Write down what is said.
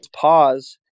pause